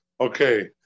Okay